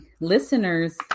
listeners